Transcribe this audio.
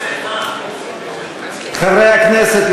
חברי הכנסת,